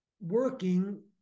working